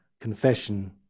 confession